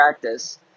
practice